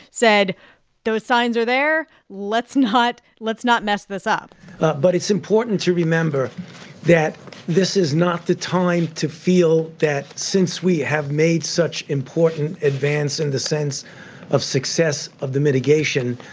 said those signs are there. let's not let's not mess this up but it's important to remember that this is not the time to feel that, since we have made such important advance in the sense of success of the mitigation,